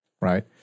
Right